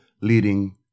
leading